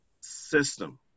system